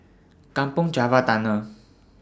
Kampong Java Tunnel